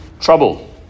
trouble